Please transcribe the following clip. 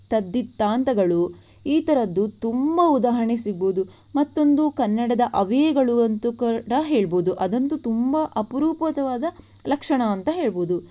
ತದ್ಧಿತಾಂತಗಳು ಈ ಥರದ್ದು ತುಂಬ ಉದಾಹರಣೆ ಸಿಗಬಹುದು ಮತ್ತೊಂದು ಕನ್ನಡದ ಅವ್ಯಯಗಳು ಅಂತ ಕೂಡ ಹೇಳಬಹುದು ಅದಂತೂ ತುಂಬ ಅಪರೂಪವಾದ ಲಕ್ಷಣ ಅಂತ ಹೇಳಬಹುದು